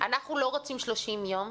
15:51) אנחנו לא רוצים 30 יום,